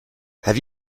have